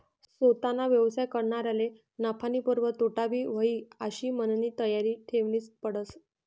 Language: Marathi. सोताना व्यवसाय करनारले नफानीबरोबर तोटाबी व्हयी आशी मननी तयारी ठेवनीच पडस